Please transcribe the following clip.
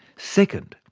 second,